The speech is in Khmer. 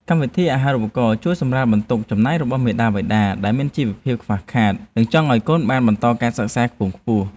កម្មវិធីអាហារូបករណ៍ជួយសម្រាលបន្ទុកចំណាយរបស់មាតាបិតាដែលមានជីវភាពខ្វះខាត និងចង់ឱ្យកូនបានបន្តការសិក្សាខ្ពង់ខ្ពស់។